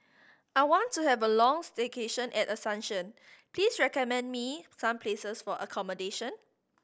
I want to have a long stay in Asuncion please recommend me some places for accommodation